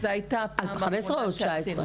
ב-2015 או ב-2019?